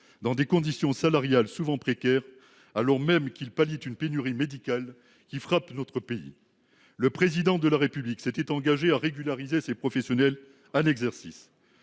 dans des conditions salariales souvent précaires, alors même qu’ils pallient la pénurie médicale qui frappe notre pays. Le Président de la République s’était engagé à régulariser ces professionnels en exercice.